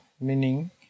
meaning